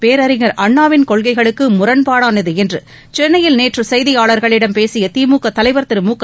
பேரறிஞர் அண்ணாவின் கொள்கைகளுக்கு முரண்பாடானது என்று சென்னையில் நேற்று செய்தியாளர்களிடம் பேசிய திமுக தலைவர் திருமுக